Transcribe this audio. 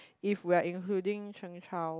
if we are including Cheung Chao